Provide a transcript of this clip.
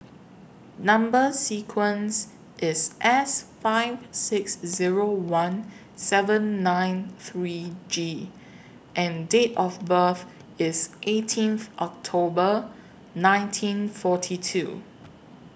Number sequence IS S five six Zero one seven nine three G and Date of birth IS eighteenth October nineteen forty two